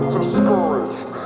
discouraged